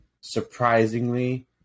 Surprisingly